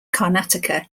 karnataka